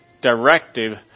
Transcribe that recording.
directive